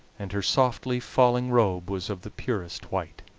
and her softly falling robe was of the purest white.